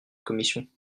commission